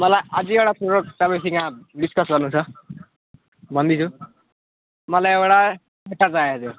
मलाई अझै एउटा कुरो तपाईँसँग डिस्कस गर्नु छ भन्दै छु मलाई एउटा स्विटर चाहिएको थियो